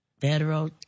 federal